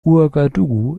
ouagadougou